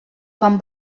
fan